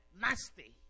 nasty